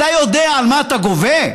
אתה יודע על מה אתה גובה?